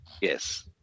Yes